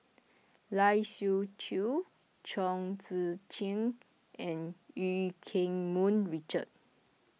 Lai Siu Chiu Chong Tze Chien and Eu Keng Mun Richard